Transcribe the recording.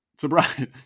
surprise